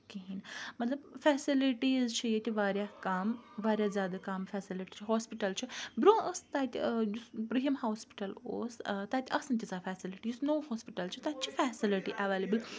کِہیٖنۍ مَطلَب فیسِلِٹِیٖز چھِ ییٚتہِ واریاہ کَم واریاہ زیادٕ کَم فیسِلِٹِی ہوسپِٹَل چھُ برونٛہہ ٲس تَتہِ یُس بروٚنہِم ہوسپِٹَل اوس تَتہِ آسہ نہٕ تیٖژَہہ فیسِلِٹِی یُس نوٚو ہوسپِٹَل چھُ تَتہِ چھِ فیسِلِٹِی اَویلیبل